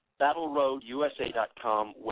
battleroadusa.com